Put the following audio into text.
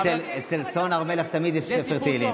אצל סון הר מלך תמיד יש ספר תהילים.